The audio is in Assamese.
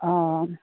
অঁ